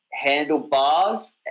handlebars